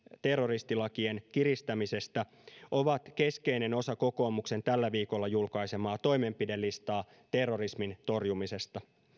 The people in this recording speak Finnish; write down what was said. terroristilakien kiristämisestä ovat keskeinen osa kokoomuksen tällä viikolla julkaisemaa toimenpidelistaa terrorismin torjumiseksi